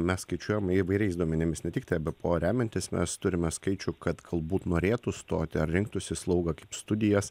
mes skaičiuojam įvairiais duomenimis ne tik tai ebpo remiantis mes turime skaičių kad galbūt norėtų stoti ar rinktųsi slaugą kaip studijas